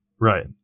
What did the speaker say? Right